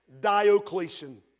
Diocletian